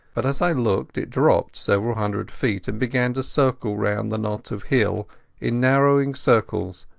but as i looked it dropped several hundred feet and began to circle round the knot of hill in narrowing circles,